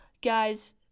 guys